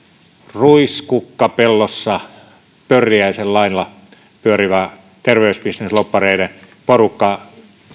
ruiskukkapellossa pörriäisen lailla pyörivä terveysbisneslobbareiden porukka